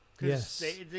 Yes